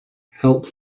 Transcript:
help